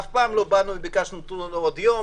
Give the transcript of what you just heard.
אף פעם ביקשנו עוד יום.